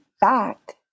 back